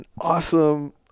awesome